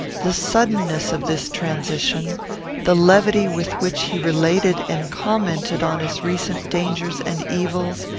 the suddenness of this transition the levity with which he related and commented on his recent dangers and evils,